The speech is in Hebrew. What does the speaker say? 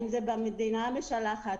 האם זה במדינה המשלחת,